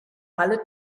alle